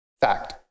Fact